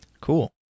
Cool